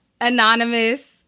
anonymous